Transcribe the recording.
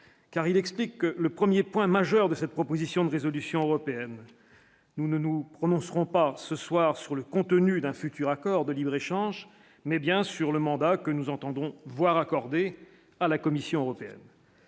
car il explique que le 1er point majeur de cette proposition de résolution européenne, nous ne nous prononcerons pas ce soir sur le contenu d'un futur accord de libre-échange, mais bien sûr le mandat que nous entendrons voir accorder à la Commission européenne.